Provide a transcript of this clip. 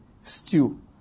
stew